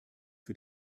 für